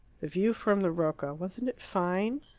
the view from the rocca wasn't it fine?